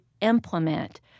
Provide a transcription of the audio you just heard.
implement